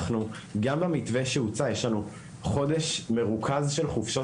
גם במתווה שהוצע יש לנו חודש מרוכז של חופשות